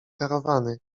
karawany